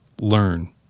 Learn